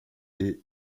est